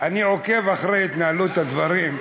אני עוקב אחרי התנהלות הדברים.